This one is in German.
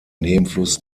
nebenfluss